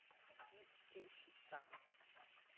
ᱢᱤᱫᱴᱮᱱ ᱥᱮᱛᱟ